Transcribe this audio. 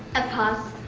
unpause.